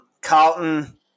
Carlton